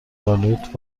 آلود